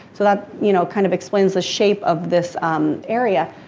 so that, you know, kind of explains the shape of this area.